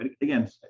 again